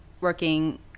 working